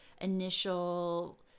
initial